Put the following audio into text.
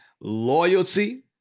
loyalty